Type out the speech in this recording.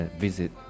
，visit